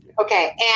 Okay